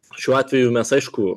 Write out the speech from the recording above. šiuo atveju mes aišku